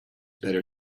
better